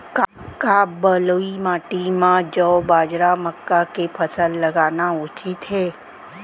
का बलुई माटी म जौ, बाजरा, मक्का के फसल लगाना उचित हे?